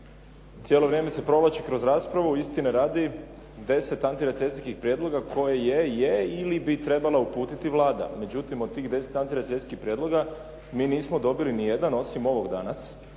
Cijelo vrijeme se provlači kroz raspravu istine radi 10 antirecesijskih prijedloga koje je je ili bi trebala uputiti Vlada. Međutim, od tih 10 antirecesijskih prijedloga mi nismo dobili nijedan osim ovog danas.